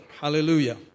Hallelujah